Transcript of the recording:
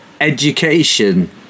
education